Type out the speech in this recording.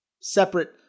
separate